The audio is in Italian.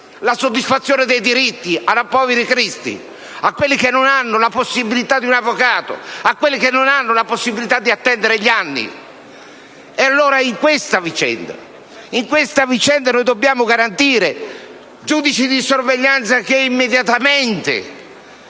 la soddisfazione dei diritti a poveri cristi, a chi non ha la possibilità di un avvocato e non ha la possibilità di attendere anni. Allora in questa vicenda dobbiamo garantire giudici di sorveglianza che immediatamente